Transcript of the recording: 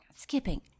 Skipping